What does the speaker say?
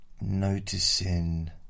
noticing